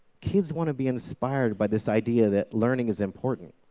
kids want to be inspired by this idea that learning is important.